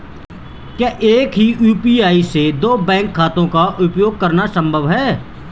क्या एक ही यू.पी.आई से दो बैंक खातों का उपयोग करना संभव है?